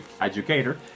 educator